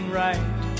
right